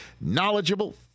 knowledgeable